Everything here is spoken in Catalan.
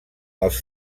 els